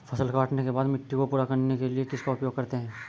फसल काटने के बाद मिट्टी को पूरा करने के लिए किसका उपयोग करते हैं?